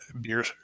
beer